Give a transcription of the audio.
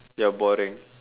you are boring